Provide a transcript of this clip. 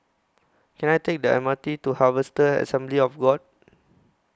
Can I Take The M R T to Harvester Assembly of God